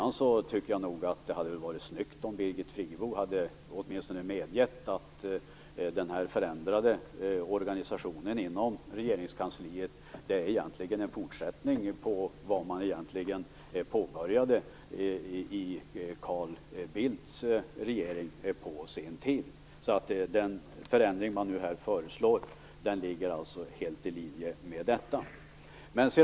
Men jag tycker nog att det hade varit snyggt om Birgit Friggebo åtminstone hade medgett att den förändrade organisationen inom regeringskansliet egentligen är en fortsättning på vad som påbörjades av Carl Bildts regering på sin tid. Den förändring som nu föreslås ligger alltså helt i linje med detta.